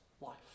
life